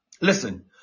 Listen